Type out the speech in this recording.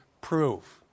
proof